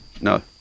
No